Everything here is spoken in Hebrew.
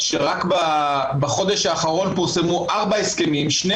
שרק בחודש האחרון פורסמו ארבעה הסכמים שני